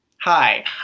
Hi